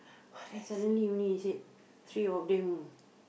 then suddenly only said three of them